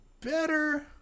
better